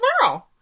tomorrow